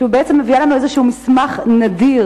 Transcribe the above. היא בעצם מביאה לנו איזשהו מסמך נדיר